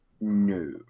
No